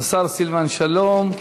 השר סילבן שלום.